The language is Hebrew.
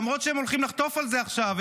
למרות שהם הולכים לחטוף על זה עכשיו,